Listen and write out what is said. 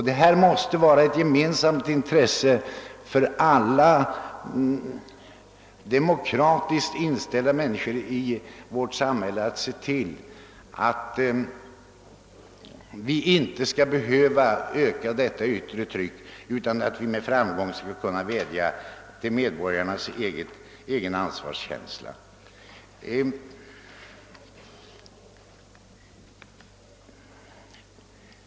Det måste vara ett gemensamt intresse för alla demokratiskt inställda människor i vårt samhälle att se till att vi inte behöver öka detta yttre tryck, utan med framgång kan vädja till medborgarnas egen ansvarskänsla.